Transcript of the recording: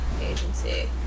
agency